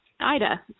Ida